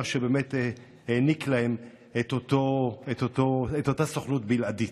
מה שהעניק להם את אותה סוכנות בלעדית.